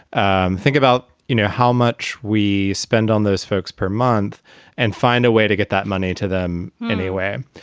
and think about, you know, how much we spend on those folks per month and find a way to get that money to them anyway.